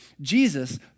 Jesus